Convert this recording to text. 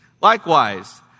Likewise